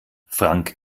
frank